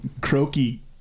croaky